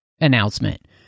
announcement